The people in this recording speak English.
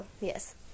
Yes